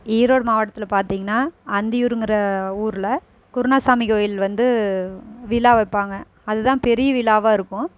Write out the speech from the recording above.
ஈரோடு மாவட்டத்தில் பார்த்தீங்கன்னா அந்தியூருங்கிற ஊர்ல குருனாசாமி கோயில் வந்து விழா வைப்பாங்க அதுதான் பெரிய விழாவாக இருக்கும்